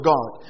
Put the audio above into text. God